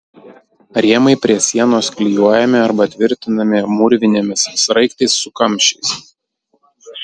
rėmai prie sienos klijuojami arba tvirtinami mūrvinėmis sraigtais su kamščiais